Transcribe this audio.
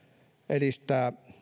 edistää